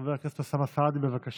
חבר הכנסת אוסאמה סעדי, בבקשה,